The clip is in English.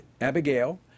Abigail